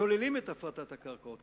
השוללים את הפרטת הקרקעות,